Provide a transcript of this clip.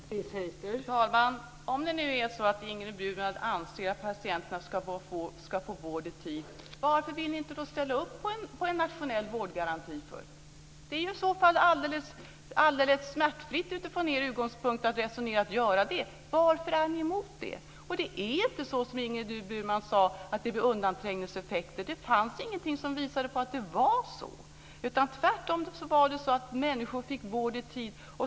Fru talman! Om det nu är så att Ingrid Burman anser att patienterna ska få vård i tid, varför vill hon då inte ställa upp på en nationell vårdgaranti? Det är helt smärtfritt att göra det från den utgångspunkt som ni resonerar. Varför är ni emot det? Det är inte så, som Ingrid Burman säger, att det blir undanträngningseffekter. Det finns ingenting som visar på det. Tvärtom har människor fått vård i tid.